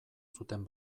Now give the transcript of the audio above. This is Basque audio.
zuten